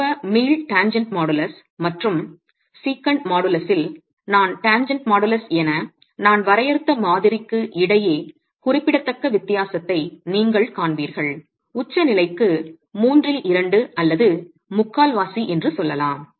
ஆரம்ப மீள் tangent modulus மற்றும் செகண்ட் மாடுலஸில் நான் டேன்ஜன்ட் மாடுலஸ் என நான் வரையறுத்த மாதிரிக்கு இடையே குறிப்பிடத்தக்க வித்தியாசத்தை நீங்கள் காண்பீர்கள் உச்சநிலைக்கு மூன்றில் இரண்டு அல்லது முக்கால்வாசி என்று சொல்லலாம்